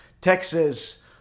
texas